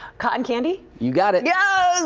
cotton candy? you got it. yeah